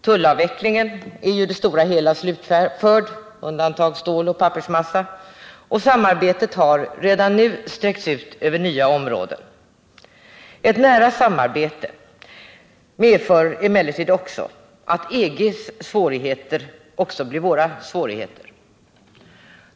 Tullavvecklingen är i det stora hela slutförd med undantag för stål och pappersmassa, och samarbetet har redan nu sträckts ut över nya områden. Ett nära samarbete medför emellertid att EG:s svårigheter också blir våra svårigheter.